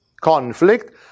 conflict